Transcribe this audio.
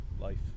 life